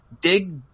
dig